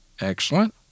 Excellent